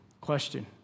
question